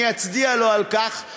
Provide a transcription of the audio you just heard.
אני אצדיע לו על כך.